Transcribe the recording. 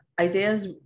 Isaiah's